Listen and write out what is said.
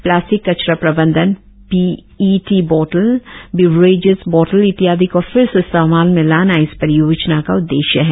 plastic कचरा प्रबंधन P E T बोतल बिव्रेजेस बोतल इत्यादी को फिर से इस्तेमाल में लाना इस परियोजना का उद्देश्य है